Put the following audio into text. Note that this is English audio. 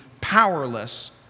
powerless